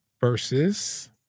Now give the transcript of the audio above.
Versus